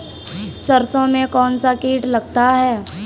सरसों में कौनसा कीट लगता है?